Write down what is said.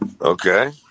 Okay